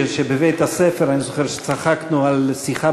שבבית-הספר אני זוכר שצחקנו על שיחה